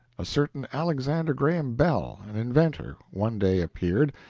a certain alexander graham bell, an inventor, one day appeared,